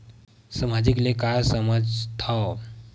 सामाजिक ले का समझ थाव?